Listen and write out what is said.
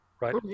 right